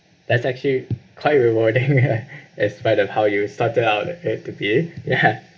that's actually quite rewarding ya in spite of how you started out at A_P_P ya